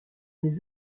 mes